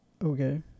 Okay